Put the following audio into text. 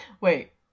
Wait